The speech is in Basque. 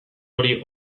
hori